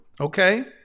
okay